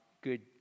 good